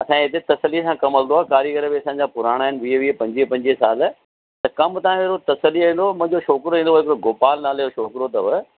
असांजे हिते तसल्लीअ सां कम हलदो आहे कारीगर बि असांजा पुराणा आहिनि वीह वीह पंजवीह पंजवीह साल त कम तव्हांजो अहिड़ो तसल्लीअ ऐॾो मुंहिंजो छोकरो ईंदव हिकिड़ो गोपाल नाले जो छोकिरो अथव